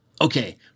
Okay